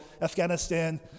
Afghanistan